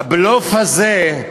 הבלוף הזה,